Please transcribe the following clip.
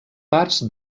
parts